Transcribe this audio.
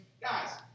Guys